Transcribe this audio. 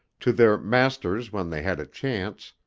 to their masters when they had a chance,